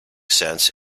sense